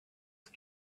ice